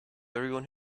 everyone